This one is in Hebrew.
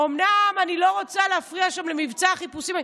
אומנם אני לא רוצה להפריע שם למבצע החיפושים,